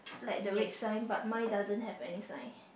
like the red sign but mine doesn't have any sign